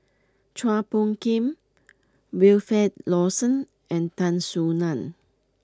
Chua Phung Kim Wilfed Lawson and Tan Soo Nan